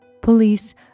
police